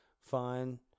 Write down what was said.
fine